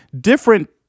different